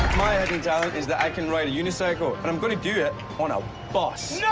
my hidden talent is that i can ride a unicycle and i'm going to do it on a bus. yeah